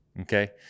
Okay